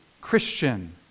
Christian